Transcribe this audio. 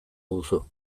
duzu